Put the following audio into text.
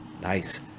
Nice